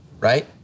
right